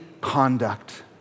conduct